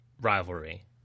rivalry